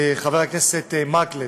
חבר הכנסת מקלב,